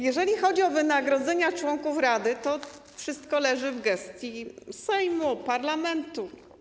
Jeżeli chodzi o wynagrodzenia członków rady, to wszystko leży w gestii Sejmu, parlamentu.